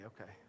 Okay